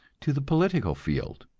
to the political field.